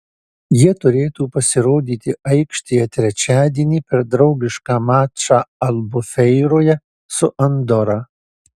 jie turėtų pasirodyti aikštėje trečiadienį per draugišką mačą albufeiroje su andora